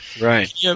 Right